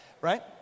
right